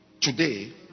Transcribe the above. Today